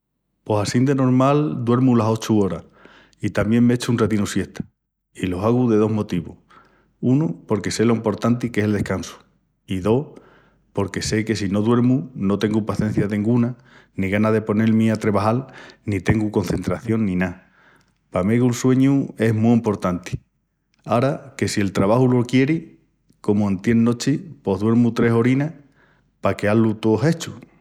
Pos assín de normal duermu las ochu oras i tamién m'echu un ratinu siesta i lo hagu de dos motivus: unu, porque sé lo emportanti que es el descansu i, dos, porque sé que si no duermu no tengu pacencia denguna ni gana de ponel-mi a trebajal ni tengu concentración ni ná. Pa megu'l sueñu es mu emportanti. Ara, que si el trebaju lo quieri, comu antiel nochi, pos duermu tres oras pa queá-lu tó hechu.